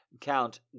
Count